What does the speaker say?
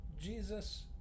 Jesus